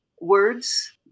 words